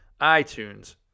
iTunes